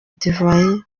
divayi